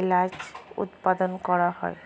এলাচ উৎপাদন করা হয়